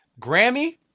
Grammy